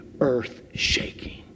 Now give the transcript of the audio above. earth-shaking